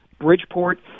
Bridgeport